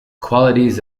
qualities